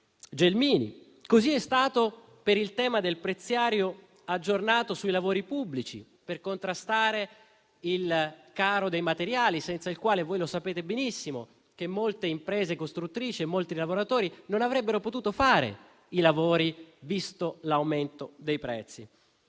Gelmini; così è stato per il tema del prezziario aggiornato per i lavori pubblici, per contrastare il caro dei materiali, senza il quale - come sapete benissimo - molte imprese costruttrici e molti lavoratori non avrebbero potuto fare i lavori, visto l'aumento dei prezzi.